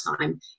time